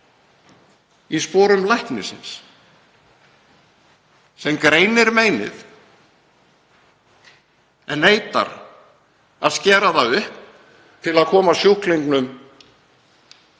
í sporum læknisins sem greinir meinið en neitar að skera upp til að koma sjúklingnum